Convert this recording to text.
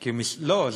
לא.